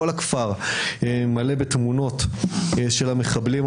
כל הכפר מלא בתמונות של המחבלים הללו,